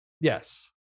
Yes